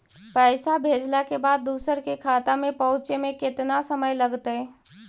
पैसा भेजला के बाद दुसर के खाता में पहुँचे में केतना समय लगतइ?